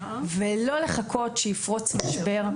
ולא לחכות שיפרוץ משבר.